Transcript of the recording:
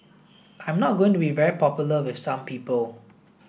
I am not going to be very popular with some people